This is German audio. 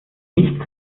nicht